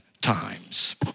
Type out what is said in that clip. times